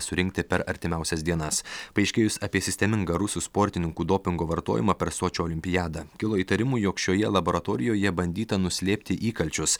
surinkti per artimiausias dienas paaiškėjus apie sistemingą rusų sportininkų dopingo vartojimą per sočio olimpiadą kilo įtarimų jog šioje laboratorijoje bandyta nuslėpti įkalčius